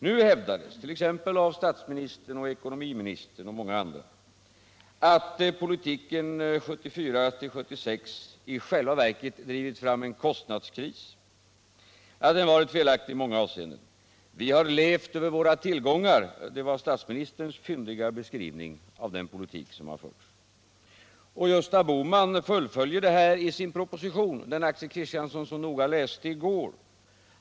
Nu hävdades av statsministern och ekonomiministern och många andra att politiken 1974-1976 i själva verket drivit fram en kostnadskris, att den varit felaktig i många avseenden. Vi har levt över våra tillgångar — det var statsministerns fyndiga beskrivning av den politik som förts. Gösta Bohman fullföljer resonemanget i sin proposition, som Axel Kristiansson så noga läste i går.